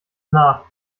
nach